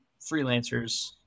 freelancers